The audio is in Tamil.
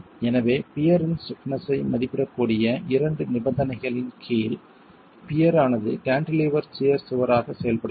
எனவே பியர் இன் ஸ்டிப்னஸ் யை மதிப்பிடக்கூடிய இரண்டு நிபந்தனைகளின் கீழ் பியர் ஆனது கான்டிலீவர் சியர் சுவராக செயல்படுகிறது